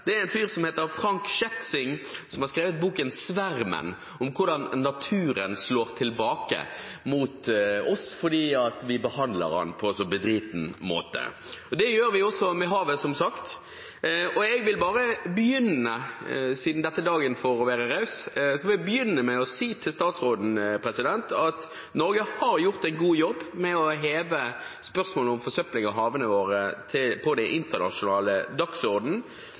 er en fyr som heter Frank Schätzing. Han har skrevet boken Svermen, om hvordan naturen slår tilbake mot oss fordi vi behandler den på en så bedriten måte. Det gjør vi også med havet, som sagt. Jeg vil bare begynne – siden dette er dagen for å være raus – med å si til statsråden at Norge har gjort en god jobb med å sette spørsmålet om forsøpling av havene våre på den internasjonale dagsordenen.